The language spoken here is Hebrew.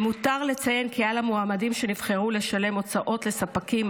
למותר לציין כי על המועמדים שנבחרו לשלם הוצאות לספקים,